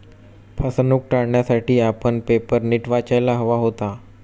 फसवणूक टाळण्यासाठी आपण पेपर नीट वाचायला हवा होता